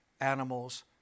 animals